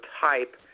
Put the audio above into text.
type